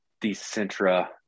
Decentra